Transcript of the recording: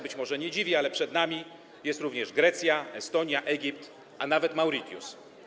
Być może to nie dziwi, ale przed nami jest również Grecja, Estonia, Egipt, a nawet Mauritius.